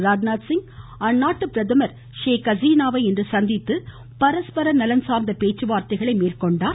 ராஜ்நாத் சிங் அந்நாட்டு பிரதமர் ஷேக் ஹசீனாவை இன்று சந்தித்து பரஸ்பர நலன் சார்ந்த பேச்சுவார்த்தைகளை மேற்கொண்டார்